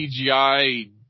CGI